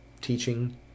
Teaching